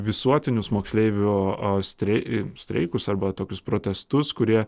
visuotinius moksleivio austrėj streikus arba tokius protestus kurie